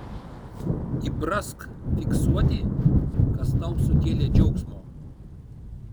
įprask fiksuoti kas tau sukėlė džiaugsmo